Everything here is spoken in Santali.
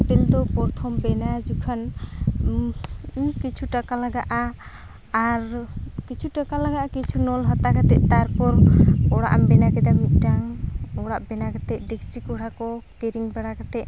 ᱦᱳᱴᱮᱞ ᱫᱚ ᱯᱚᱨᱛᱷᱚᱢ ᱵᱮᱱᱟᱣ ᱡᱚᱠᱷᱟᱱ ᱩᱱ ᱠᱤᱪᱷᱩ ᱴᱟᱠᱟ ᱞᱟᱜᱟᱜᱼᱟ ᱟᱨ ᱠᱤᱪᱷᱩ ᱴᱟᱠᱟ ᱞᱟᱜᱟᱜᱼᱟ ᱠᱤᱪᱷᱩ ᱱᱳᱞ ᱦᱟᱛᱟᱣ ᱠᱟᱛᱮᱫ ᱛᱟᱨᱯᱚᱨ ᱚᱲᱟᱜ ᱮᱢ ᱵᱮᱱᱟᱣ ᱠᱮᱫᱟ ᱢᱤᱫᱴᱟᱝ ᱚᱲᱟᱜ ᱵᱮᱱᱟᱣ ᱠᱟᱛᱮᱫ ᱰᱮᱠᱪᱤ ᱠᱚᱲᱦᱟ ᱠᱚ ᱠᱤᱨᱤᱧ ᱵᱟᱲᱟ ᱠᱟᱛᱮᱫ